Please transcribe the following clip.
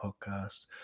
Podcast